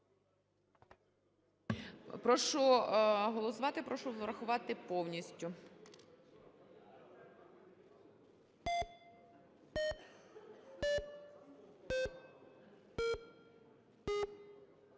Прошу голосувати, прошу врахувати повністю.